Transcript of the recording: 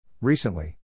Recently